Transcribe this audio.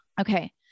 Okay